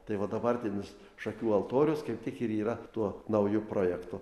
tai va dabartinis šakių altorius kaip tik ir yra to naujo projekto